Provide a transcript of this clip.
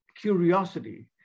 curiosity